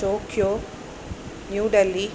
Tokyo New Delhi